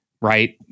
right